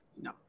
No